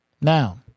Now